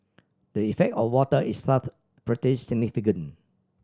the effect or water is thus pretty significant